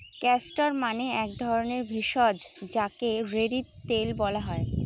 castor মানে এক ধরণের ভেষজ যাকে রেড়ি তেল বলা হয়